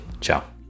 Ciao